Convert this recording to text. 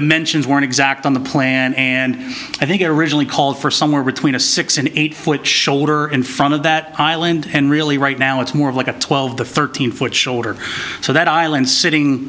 dimensions weren't exact on the plan and i think it originally called for somewhere between a six and eight foot shoulder in front of that island and really right now it's more like a twelve the thirteen foot shorter so that island sitting